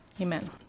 Amen